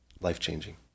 Life-changing